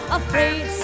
afraid